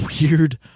weird